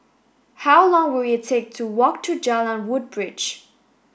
how long will it take to walk to Jalan Woodbridge